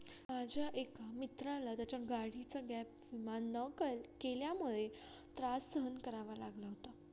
माझ्या एका मित्राला त्याच्या गाडीचा गॅप विमा न केल्यामुळे त्रास सहन करावा लागला होता